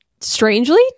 strangely